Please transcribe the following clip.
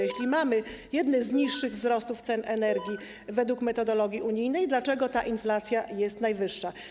Jeśli mamy jedne z niższych wzrostów cen energii według metodologii unijnej, dlaczego ta inflacja jest najwyższa?